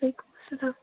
وعلَیکُم سلام